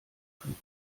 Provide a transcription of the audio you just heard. ofen